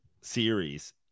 series